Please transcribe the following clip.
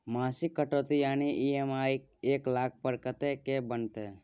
मासिक कटौती यानी ई.एम.आई एक लाख पर कत्ते के बनते?